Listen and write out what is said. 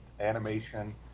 animation